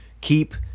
keep